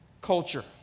culture